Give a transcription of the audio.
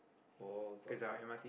oh no wonder